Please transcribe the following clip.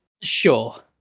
Sure